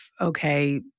okay